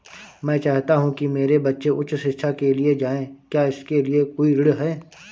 मैं चाहता हूँ कि मेरे बच्चे उच्च शिक्षा के लिए जाएं क्या इसके लिए कोई ऋण है?